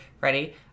Ready